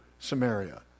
Samaria